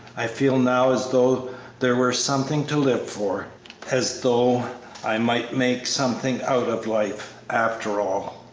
i feel now as though there were something to live for as though i might make something out of life, after all.